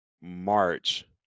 March